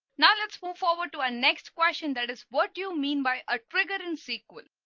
now, let's move forward to our next question. that is what you mean by a trigger in sql.